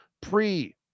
pre